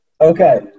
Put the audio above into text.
Okay